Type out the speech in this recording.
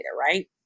right